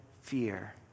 fear